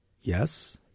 yes